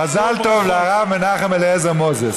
מזל טוב לרב מנחם אליעזר מוזס.